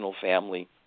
family